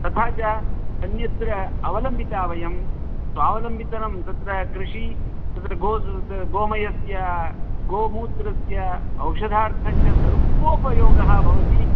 तथा च अन्यत्र अवलम्बिताः वयं स्वावलम्बितनं तत्र कृषि तत्र गो गोमयस्य गोमूत्रस्य औषधार्थं च सर्वोपयोगः भवति